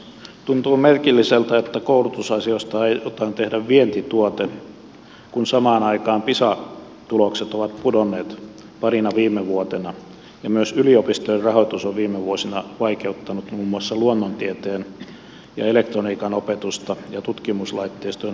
tuntuu merkilliseltä että koulutusasioista aiotaan tehdä vientituote kun samaan aikaan pisa tulokset ovat pudonneet parina viime vuotena ja myös ylipistojen rahoitus on viime vuosina vaikeuttanut muun muassa luonnontieteiden ja elektroniikan opetusta ja tutkimuslaitteistojen hankintaa oppilaitoksiin